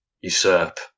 usurp